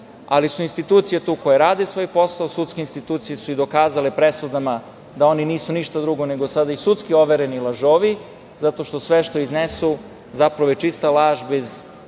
poen. Institucije koje rade svoj posao su tu. Sudske institucije su i dokazali presudama da oni nisu ništa drugo nego sada i sudski overeni lažovi, zato što sve što iznesu zapravo je čista laž bez